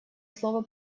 слово